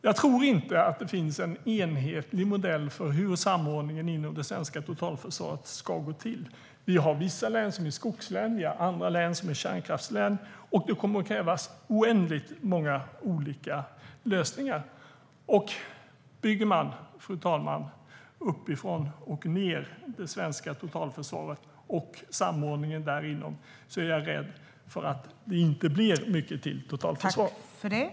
Jag tror inte att det finns en enhetlig modell för hur samordningen inom det svenska totalförsvaret ska gå till. Vi har vissa län som är skogslän, vi har andra län som är kärnkraftslän, och det kommer att krävas oändligt många olika lösningar. Om man, fru talman, bygger uppifrån och ned det svenska totalförsvaret och samordningen inom det är jag rädd för att det inte blir mycket till totalförsvar.